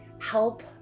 help